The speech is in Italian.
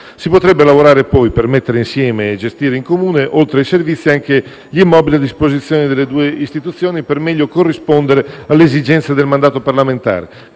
Si potrebbe lavorare, poi, per mettere insieme e gestire in comune, oltre ai servizi, anche gli immobili a disposizione delle due istituzioni, per meglio corrispondere alle esigenze del mandato parlamentare,